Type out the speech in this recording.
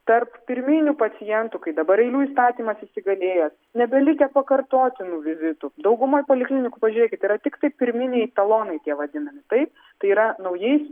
tarp pirminių pacientų kai dabar eilių įstatymas įsigalėjęs nebelikę pakartotinų vizitų daugumoj poliklinikų pažiūrėkit yra tiktai pirminiai talonai tie vadinami taip tai yra naujai